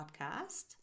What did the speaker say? podcast